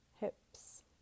hips